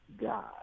God